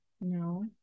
no